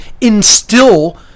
instill